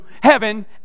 heaven